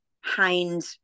hind